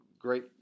great